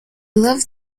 loved